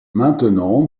maintenant